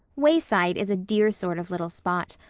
wayside is a dear sort of little spot.